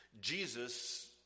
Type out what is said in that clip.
Jesus